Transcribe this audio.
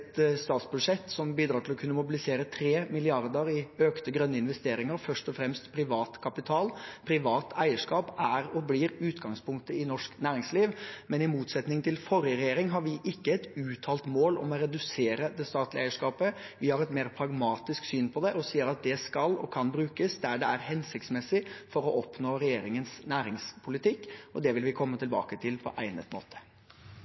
statsbudsjett som bidrar til å kunne mobilisere 3 mrd. kr i økte grønne investeringer, først og fremst privat kapital. Privat eierskap er og blir utgangspunktet i norsk næringsliv, men i motsetning til forrige regjering har vi ikke et uttalt mål om å redusere det statlige eierskapet. Vi har et mer pragmatisk syn på det og sier at det skal og kan brukes der det er hensiktsmessig for å oppnå regjeringens næringspolitikk, og det vil vi komme tilbake til på egnet måte.